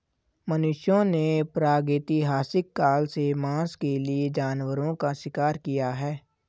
मनुष्यों ने प्रागैतिहासिक काल से मांस के लिए जानवरों का शिकार किया है